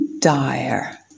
dire